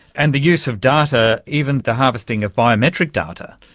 and the use of data, even the harvesting of biometric data.